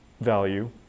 value